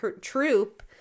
troop